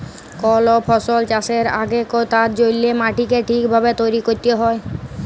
call ফসল চাষের আগেক তার জল্যে মাটিকে ঠিক ভাবে তৈরী ক্যরতে হ্যয়